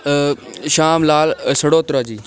शाम लाल सड़ोत्रा जी